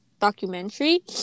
documentary